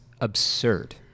absurd